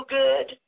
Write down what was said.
good